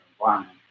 environment